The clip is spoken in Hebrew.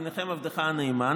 ובהם עבדך הנאמן,